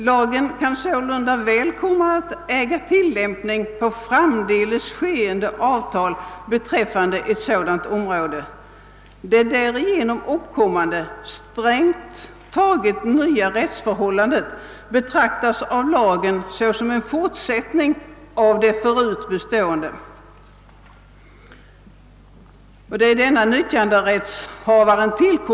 Lagen kan sålunda väl komma att äga tillämpning på framdeles skeende avtal beträffande ett sådant område; det därigenom uppkommande, strängt taget nya rättsförhållandet betraktas av lagen såsom en fortsättning av det förut bestående .